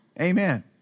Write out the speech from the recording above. Amen